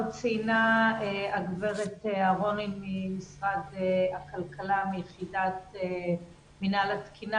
ציינה הגברת ארונין ממשרד הכלכלה מיחידת מנהל התקינה,